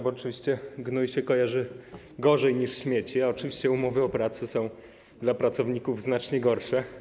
Bo oczywiście gnój się kojarzy gorzej niż śmieci, a oczywiście umowy o pracę są dla pracowników znacznie gorsze.